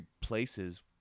places